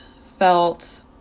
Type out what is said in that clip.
felt